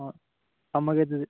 ꯍꯣꯏ ꯊꯝꯂꯒꯦ ꯑꯗꯨꯗꯤ